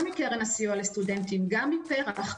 גם מקרן הסיוע לסטודנטים, גם מפר"ח.